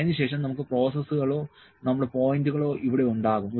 അതിനുശേഷം നമുക്ക് പ്രോസസ്സുകളോ നമ്മുടെ പോയിന്റുകളോ ഇവിടെ ഉണ്ടാകും